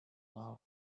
mouth